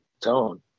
tone